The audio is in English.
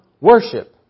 worship